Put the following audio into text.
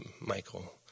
Michael